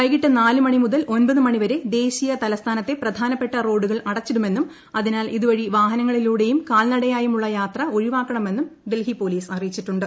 വൈകിട്ട് നാല് മണി മുതൽ ഒൻപത് മണി വരെ ദേശീയ തലസ്ഥാനത്തെ പ്രധാനപ്പെട്ട റോഡുകൾ അടച്ചിടുമെന്നും അതിനാൽ ഇതുവഴി വാഹനങ്ങളിലൂടെയും കാൽനടയായും ഉള്ള യാത്ര ഒഴിവാക്കണമെന്നും ഡൽഹി പോലീസ് അറിയിച്ചിട്ടുണ്ട്